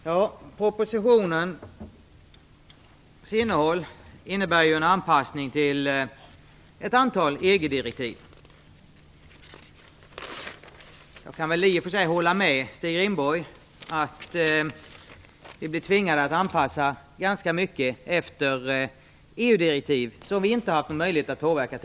Herr talman! Innehållet i propositionen innebär en anpassning till ett antal EG-direktiv. Jag kan i och för sig hålla med Stig Rindborg om att vi tvingas anpassa oss ganska mycket efter EG-direktiv som vi tidigare inte har haft någon möjlighet att påverka.